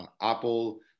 Apple